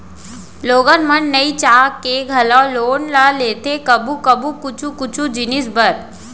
लोगन मन नइ चाह के घलौ लोन ल लेथे कभू कभू कुछु कुछु जिनिस बर